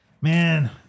Man